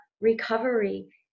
recovery